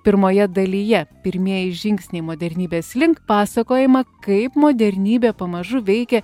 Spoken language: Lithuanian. pirmoje dalyje pirmieji žingsniai modernybės link pasakojama kaip modernybė pamažu veikė